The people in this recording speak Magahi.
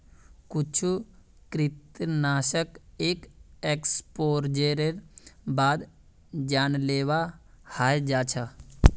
कुछु कृंतकनाशक एक एक्सपोजरेर बाद जानलेवा हय जा छ